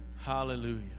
Hallelujah